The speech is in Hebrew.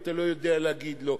ואתה לא יודע להגיד לא,